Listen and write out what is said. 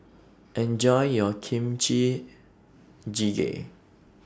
Enjoy your Kimchi Jjigae